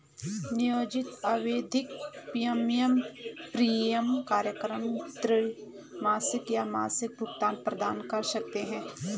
नियोजित आवधिक प्रीमियम कार्यक्रम त्रैमासिक या मासिक भुगतान प्रदान कर सकते हैं